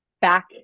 back